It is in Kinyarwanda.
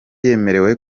yemerewe